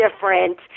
different –